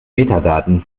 metadaten